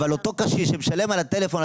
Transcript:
אבל אותו קשיש שמשלם על הטלפון,